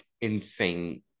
insane